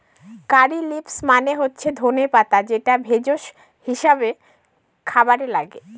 কারী leaves মানে হচ্ছে ধনে পাতা যেটা ভেষজ হিসাবে খাবারে লাগে